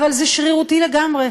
אבל זה שרירותי לגמרי,